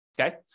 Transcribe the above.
okay